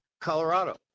Colorado